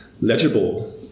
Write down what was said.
legible